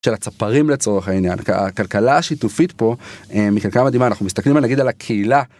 של הצפרים לצורך העניין הכלכלה השיתופית פה מכלכלה מדהימה אנחנו מסתכלים נגיד על הקהילה.